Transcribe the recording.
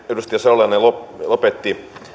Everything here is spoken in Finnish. edustaja salolainen lopetti